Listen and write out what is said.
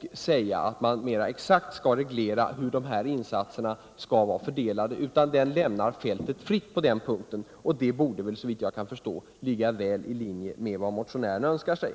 precisera hur insatserna skall vara fördelade. Handelsbolagsformen lämnar fältet fritt på den punkten, och det torde enligt min mening ligga väl i linje med vad motionärerna önskar sig.